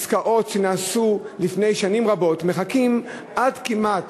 עסקאות שנעשו לפני שנים רבות, מחכים כמעט